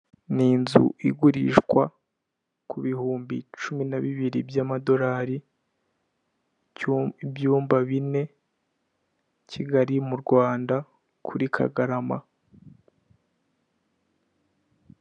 Ni inzu igurishwa ku bihumbi cumi na bibiri by'amadorari ibyumba bine Kigali mu Rwanda kuri Kagarama.